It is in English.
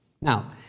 Now